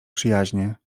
przyjaźnie